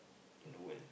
in the world